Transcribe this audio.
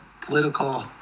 political